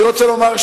אני רוצה לומר,